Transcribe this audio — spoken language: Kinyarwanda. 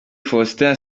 faustin